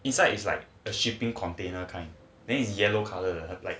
inside is like a shipping container kind then is yellow colour like